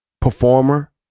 performer